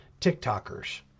TikTokers